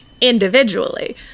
individually